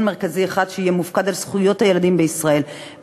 מרכזי אחד שיהיה מופקד על זכויות הילדים בישראל,